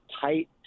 tight